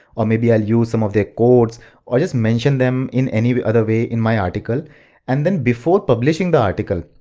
or maybe i'll use some of their quotes or just mention them in any other way in my article and then, before publishing the article,